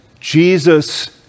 Jesus